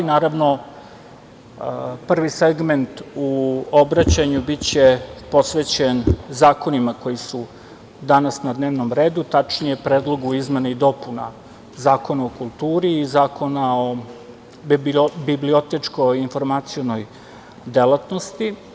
Naravno, prvi segment u obraćanju biće posvećen zakonima koji su danas na dnevnom redu, tačnije Predlogu izmena i dopuna Zakona o kulturi i Zakona o bibliotečko-informacionoj delatnosti.